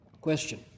question